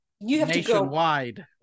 nationwide